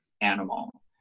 animal